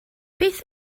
beth